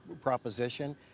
proposition